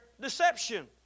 deception